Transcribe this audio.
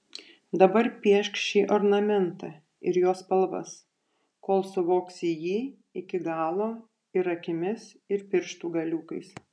dabar piešk šį ornamentą ir jo spalvas kol suvoksi jį iki galo ir akimis ir pirštų galiukais